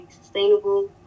sustainable